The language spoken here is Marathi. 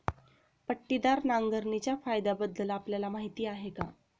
पट्टीदार नांगरणीच्या फायद्यांबद्दल आपल्याला माहिती आहे का?